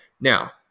Now